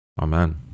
Amen